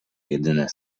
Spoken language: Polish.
jedyne